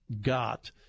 got